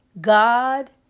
God